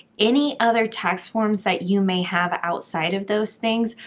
any other tax forms that you may have outside of those things,